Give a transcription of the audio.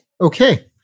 Okay